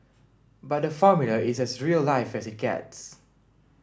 but the Formula is as real life as it gets